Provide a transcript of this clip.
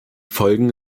folgen